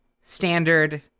standard